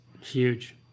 huge